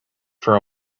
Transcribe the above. for